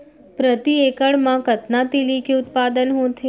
प्रति एकड़ मा कतना तिलि के उत्पादन होथे?